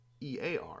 EAR